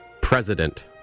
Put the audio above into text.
president